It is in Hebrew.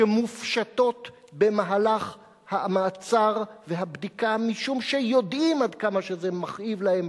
שמופשטות במהלך המעצר והבדיקה משום שיודעים עד כמה שזה מכאיב להן,